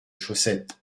chaussettes